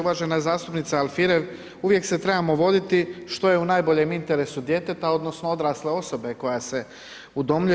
Uvažena zastupnice Alfirev, uvijek se trebamo voditi što je u najboljem interesu djeteta, odnosno odrasle osobe koja se udomljuje.